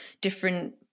different